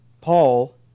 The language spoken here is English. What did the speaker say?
Paul